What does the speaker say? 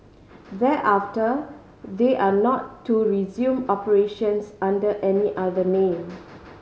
thereafter they are not to resume operations under any other name